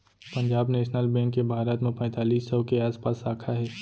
Punjab national bank के भारत म पैतालीस सौ के आसपास साखा हे